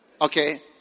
okay